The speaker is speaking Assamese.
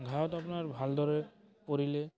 গাঁৱত আপোনাৰ ভালদৰে পঢ়িলে